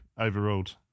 overruled